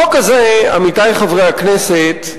החוק הזה, עמיתי חברי הכנסת,